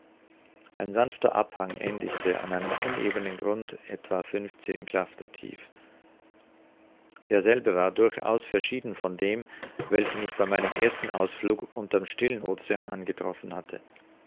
ein sanfter abhang endigte an einem unebenen grund etwa fünfzehn klafter tief derselbe war durchaus verschieden von dem welchen ich bei meinem ersten ausflug unter'm stillen ocean angetroffen hatte